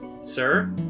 sir